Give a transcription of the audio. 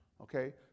Okay